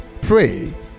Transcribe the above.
pray